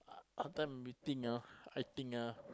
sometime we think ah I think ah